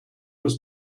was